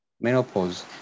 menopause